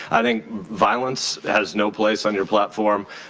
i think violence has no place on your platform.